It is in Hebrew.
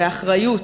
באחריות,